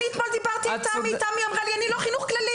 דיברתי אתמול עם תמי והיא אמרה לי שהיא לא חינוך כללי